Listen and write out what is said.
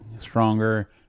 stronger